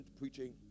preaching